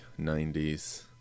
90s